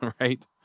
right